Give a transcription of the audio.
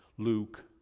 Luke